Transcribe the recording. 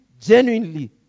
genuinely